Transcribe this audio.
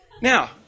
Now